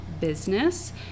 business